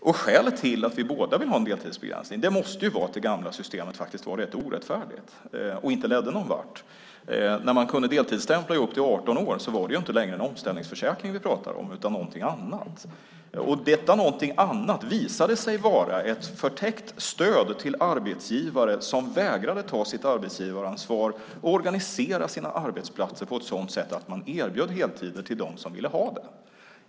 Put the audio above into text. Skälet till att vi båda vill ha en deltidsbegränsning måste ju vara att det gamla systemet faktiskt var orättfärdigt och inte ledde någon vart. När man kunde deltidsstämpla i upp till 18 år var det inte längre en omställningsförsäkring utan något annat. Det visade sig vara ett förtäckt stöd till arbetsgivare som vägrade ta sitt arbetsgivaransvar och organisera sina arbetsplatser på ett sådant sätt att man erbjöd heltider till dem som ville ha det.